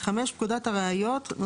(5) פקודת הראיות ,